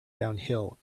downhill